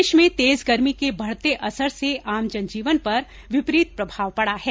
प्रदेश में तेज गर्मी के बढते असर से आम जनजीवन पर विपरीत प्रभाव पडा है